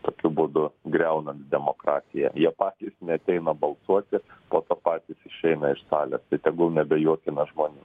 tokiu būdu griaunant demokratiją jie patys neateina balsuoti po to patys išeina iš salės tegul neabejokime žmonėm